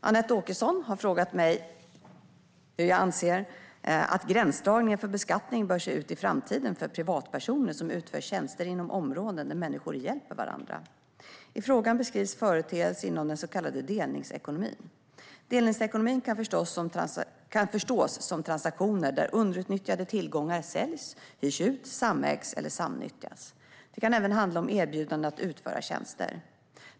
Anette Åkesson har frågat mig hur jag anser att gränsdragningen för beskattningen bör se ut i framtiden för privatpersoner som utför tjänster inom områden där människor hjälper varandra. I frågan beskrivs företeelser inom den så kallade delningsekonomin. Delningsekonomin kan förstås som transaktioner där underutnyttjade tillgångar säljs, hyrs ut, samägs eller samnyttjas. Det kan även handla om erbjudanden att utföra tjänster.